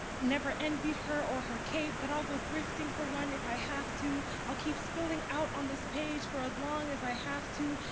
never envied her or her cape. but i'll go thrifting for one if i have to. i'll keep spilling out on this page for as long as i have to.